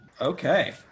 Okay